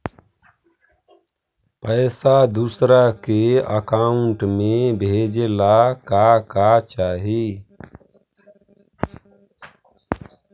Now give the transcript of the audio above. पैसा दूसरा के अकाउंट में भेजे ला का का चाही?